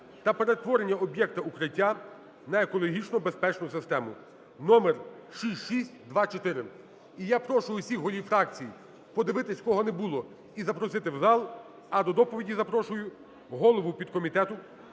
та перетворення об'єкта "Укриття" на екологічно безпечну систему (№ 6624). І я прошу усіх голів фракцій подивитися кого не було і запросити в зал. А до доповіді запрошую голову підкомітету